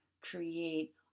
create